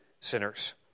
sinners